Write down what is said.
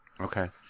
Okay